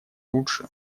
лучше